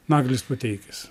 naglis puteikis